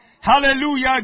Hallelujah